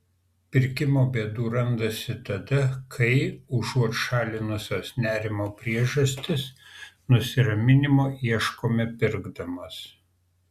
pirkimo bėdų randasi tada kai užuot šalinusios nerimo priežastis nusiraminimo ieškome pirkdamos